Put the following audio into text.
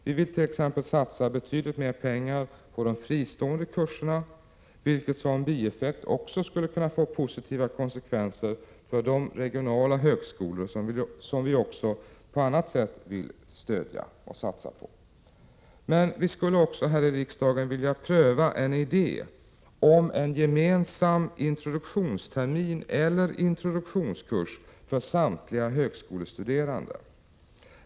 Vi vill t.ex. satsa betydligt mer pengar på de fristående kurserna, vilket som bieffekt också skulle kunna få positiva konsekvenser för de regionala högskolorna, som vi vill stödja också på annat sätt. Men vi skulle också här i riksdagen vilja pröva en idé om en gemensam introduktionstermin eller introduktionskurs för samtliga högskolestuderan de.